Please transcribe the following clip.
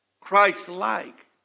Christ-like